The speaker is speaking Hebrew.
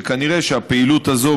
וכנראה שהפעילות הזאת,